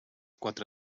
quatre